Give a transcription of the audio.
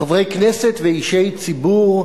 חברי כנסת ואישי ציבור,